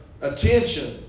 attention